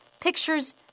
Pictures